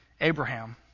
Abraham